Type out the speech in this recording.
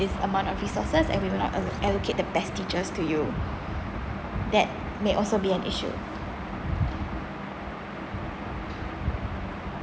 these amount of resources and we will not a~ allocate the best teachers to you that may also be an issue